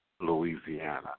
Louisiana